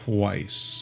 Twice